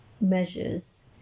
measures